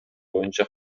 боюнча